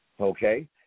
Okay